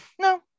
no